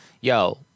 yo